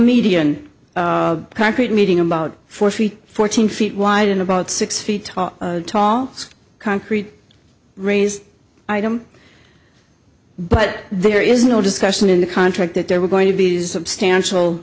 concrete meeting about four feet fourteen feet wide and about six feet tall tall concrete raised item but there is no discussion in the contract that they were going to be substantial